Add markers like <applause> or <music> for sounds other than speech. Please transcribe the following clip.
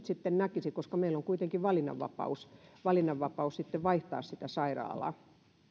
<unintelligible> sitten näkisivät koska meillä on kuitenkin valinnanvapaus valinnanvapaus sitten vaihtaa sitä sairaalaa